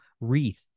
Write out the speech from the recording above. wreath